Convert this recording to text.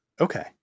Okay